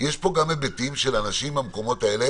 יש פה גם היבטים של אנשים מהמקומות האלה